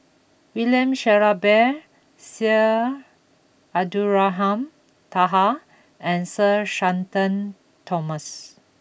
William Shellabear Syed Abdulrahman Taha and Sir Shenton Thomas